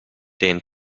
den